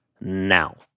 now